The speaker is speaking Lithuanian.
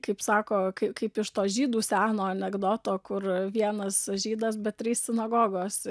kaip sako kaip iš to žydų seno anekdoto kur vienas žydas bet trys sinagogos